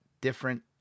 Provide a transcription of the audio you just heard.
different